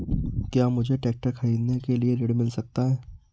क्या मुझे ट्रैक्टर खरीदने के लिए ऋण मिल सकता है?